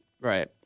Right